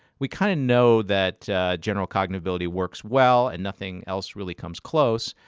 we kind of know that general cognitive ability works well, and nothing else really comes close.